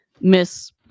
miss